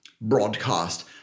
Broadcast